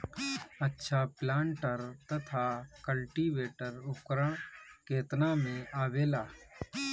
अच्छा प्लांटर तथा क्लटीवेटर उपकरण केतना में आवेला?